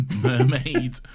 Mermaid